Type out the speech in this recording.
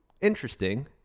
interesting